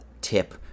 tip